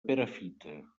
perafita